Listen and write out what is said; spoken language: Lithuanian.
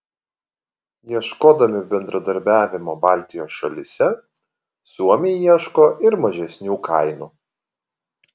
ieškodami bendradarbiavimo baltijos šalyse suomiai ieško ir mažesnių kainų